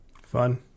Fun